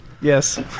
Yes